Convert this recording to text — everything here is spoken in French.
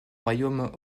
royaume